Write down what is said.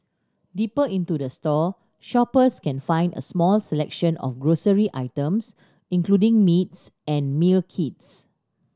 deeper into the store shoppers can find a small selection of grocery items including meats and meal kits